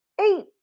eight